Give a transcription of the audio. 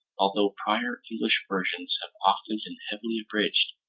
although prior english versions have often been heavily abridged,